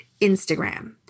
Instagram